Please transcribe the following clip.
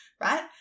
right